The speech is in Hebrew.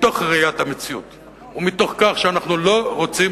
מתוך ראיית המציאות ומתוך כך שאנחנו לא רוצים